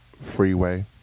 Freeway